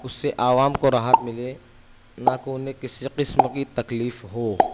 اس سے عوام کو راحت ملے نہ کو انہیں کسی قسم کی تکلیف ہو